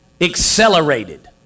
accelerated